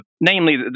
Namely